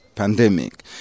pandemic